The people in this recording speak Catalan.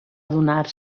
adonar